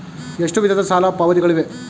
ಎಷ್ಟು ವಿಧದ ಸಾಲ ಪಾವತಿಗಳಿವೆ?